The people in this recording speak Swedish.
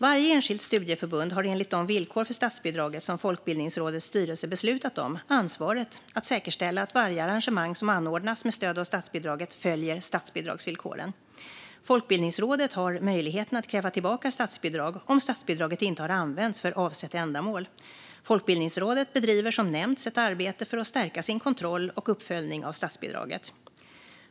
Varje enskilt studieförbund har enligt de villkor för statsbidraget som Folkbildningsrådets styrelse beslutat om ansvaret att säkerställa att varje arrangemang som anordnas med stöd av statsbidraget följer statsbidragsvillkoren. Folkbildningsrådet har möjlighet att kräva tillbaka statsbidrag om statsbidraget inte har använts för avsett ändamål. Folkbildningsrådet bedriver som nämnts ett arbete för att stärka sin kontroll och uppföljning av statsbidraget.